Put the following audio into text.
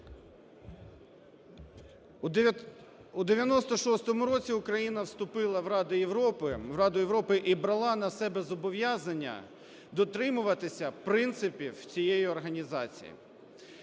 У 96-у році Україна вступила в Раду Європи і брала на себе зобов'язання дотримуватися принципів цієї організації.